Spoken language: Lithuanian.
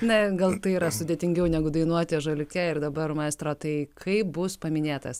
na gal tai yra sudėtingiau negu dainuoti ąžuoliuke ir dabar maestro tai kaip bus paminėtas